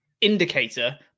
indicator